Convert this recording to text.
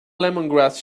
lemongrass